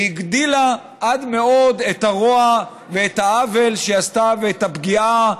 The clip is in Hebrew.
היא הגדילה עד מאוד את הרוע ואת העוול שהיא עשתה ואת הפגיעה